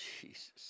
Jesus